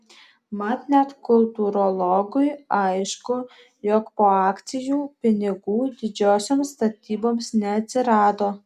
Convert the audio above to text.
mat net kultūrologui aišku jog po akcijų pinigų didžiosioms statyboms neatsirado